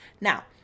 Now